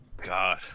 god